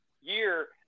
year